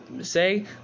say